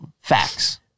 facts